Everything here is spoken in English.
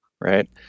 right